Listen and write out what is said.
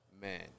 Man